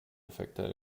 defekter